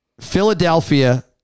Philadelphia